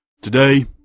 Today